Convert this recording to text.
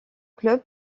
club